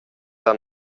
han